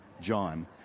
John